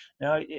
Now